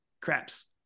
Craps